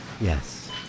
Yes